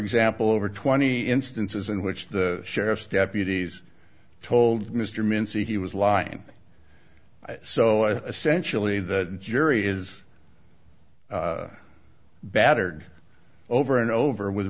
example over twenty instances in which the sheriff's deputies told mr mincy he was lying so essentially the jury is battered over and over with